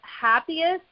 happiest